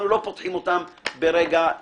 אנחנו לא פותחים אותם ברגע זה.